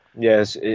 Yes